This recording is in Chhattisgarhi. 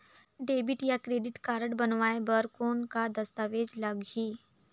डेबिट या क्रेडिट कारड बनवाय बर कौन का दस्तावेज लगही?